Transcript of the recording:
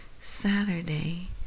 Saturday